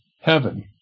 heaven